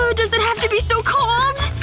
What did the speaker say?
so does it have to be so cold?